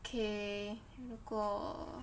k 如果